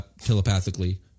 telepathically